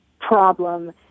problem